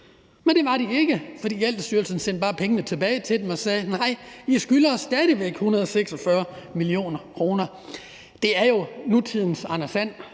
Men det var de ikke, for Gældsstyrelsen sendte bare pengene tilbage til dem og sagde: Nej, I skylder os stadig væk 146 mio. kr. Det er jo nutidens Anders And,